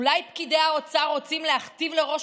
אולי פקידי האוצר רוצים להכתיב לראש